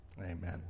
Amen